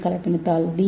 ஏ கலப்பினத்தால் டி